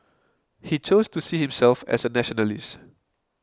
he chose to see himself as a nationalist